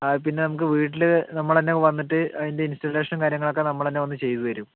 പിന്നെ നമുക്ക് വീട്ടിൽ നമ്മൾതന്നെ വന്നിട്ട് അതിൻ്റെ ഇൻസ്റ്റലേഷനും കാര്യങ്ങളൊക്കെ നമ്മൾതന്നെ വന്നു ചെയ്തു തരും